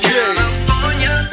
California